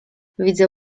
widzę